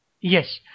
yes